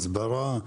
הסברה,